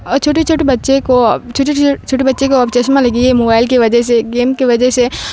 اور چھوٹے چھوٹے بچے کو چھوٹے بچے کو چشمہ لگی ہے موبائل کی وجہ سے گیم کی وجہ سے